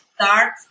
start